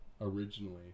originally